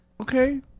Okay